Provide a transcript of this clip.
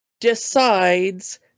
decides